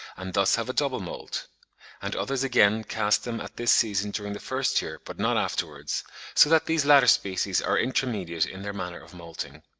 and thus have a double moult and others again cast them at this season during the first year, but not afterwards so that these latter species are intermediate in their manner of moulting.